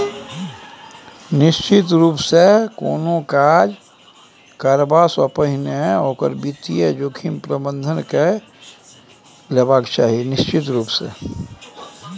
कोनो काज करबासँ पहिने ओकर वित्तीय जोखिम प्रबंधन कए लेबाक चाही